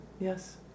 Yes